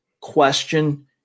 question